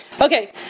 Okay